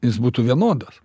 jis būtų vienodas